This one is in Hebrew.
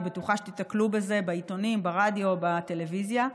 אני בטוחה שתתקלו בזה בעיתונים, ברדיו, בטלוויזיה,